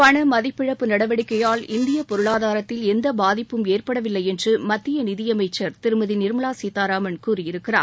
பண மதிப்பிழப்பு நடவடிக்கையால் இந்தியப் பொருளாதாரத்தில் எந்த பாதிப்பும் ஏற்படவில்லை என்று மத்திய நிதியமைச்சர் திருமதி நிர்மலா சீதாராமன் கூறியிருக்கிறார்